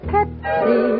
Pepsi